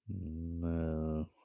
No